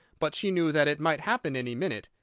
but she knew that it might happen any minute,